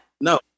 No